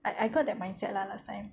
I I got that mindset lah last time